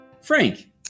Frank